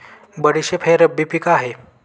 बडीशेप हे रब्बी पिक आहे